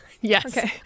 Yes